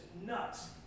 nuts